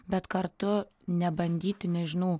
bet kartu nebandyti nežinau